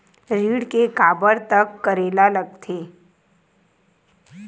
ऋण के काबर तक करेला लगथे?